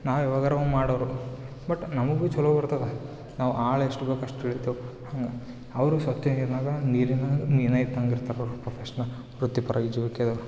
ನಾವು ಯಾವಾಗಾರ ಒಮ್ಮೆ ಮಾಡೋರು ಬಟ್ ನಮಗು ಚಲೋ ಬರ್ತದೆ ನಾವು ಆಳ ಎಷ್ಟು ಇರ್ಬೇಕು ಅಷ್ಟು ಇಳಿತೆವೆ ಹಂಗೆ ಅವ್ರು ಸ್ವಚ್ಚ ನೀರ್ನಾಗೆ ನೀರಿನ ಮೀನು ಇದ್ದಂಗೆ ಇರ್ತಾರೆ ಅವರು ಪ್ರೊಫೇಶ್ನರ್ ವೃತ್ತಿಪರ ಈಜುವಿಕೆದೋರು